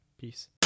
Peace